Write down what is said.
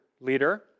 leader